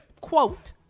quote